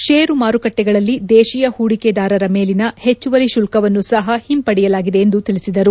ಷೇರು ಮಾರುಕಟ್ಟಿಗಳಲ್ಲಿ ದೇತೀಯ ಹೂಡಿಕೆದಾರರ ಮೇಲನ ಹೆಚ್ಚುವರಿ ಶುಲ್ಲವನ್ನು ಸಹ ಹಿಂಪಡೆಯಲಾಗಿದೆ ಎಂದು ತಿಳಿಸಿದರು